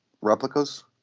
Replicas